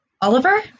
Oliver